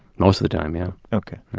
most of the time. yeah okay.